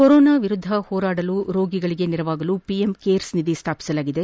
corona ವಿರುದ್ಧ ಹೋರಾಡಲು ರೋಗಿಗಳಗೆ ನೆರವಾಗಲು ಪಿಎಂ ಕೇರ್ಲೆ ನಿಧಿ ಸ್ಥಾಪಿಸಾಗಿದೆ